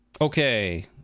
Okay